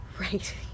Right